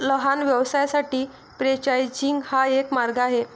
लहान व्यवसायांसाठी फ्रेंचायझिंग हा एक मार्ग आहे